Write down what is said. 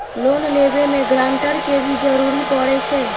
Loan लेबे में guarantor के भी जरूरी परे छै?